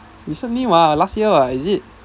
recently [what] last year [what] is it